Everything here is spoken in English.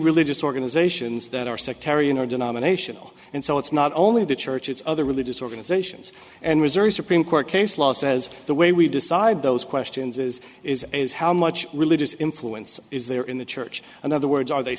religious organizations that are sectarian or denominational and so it's not only the church it's other religious organizations and reserves supreme court case law says the way we decide those questions is is is how much religious influence is there in the church in other words are they